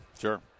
Sure